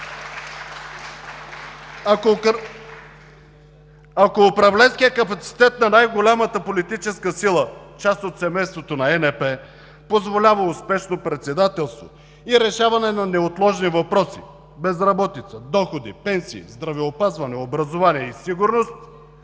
Ако управленският капацитет на най-голямата политическа сила – част от семейството на ЕНП, позволява успешно председателство и решаване на неотложни въпроси: безработица, доходи, пенсии, здравеопазване, образование и сигурност,